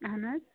اَہن حظ